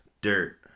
dirt